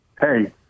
hey